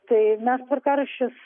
tai mes tvarkaraščius